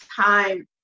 time